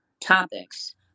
topics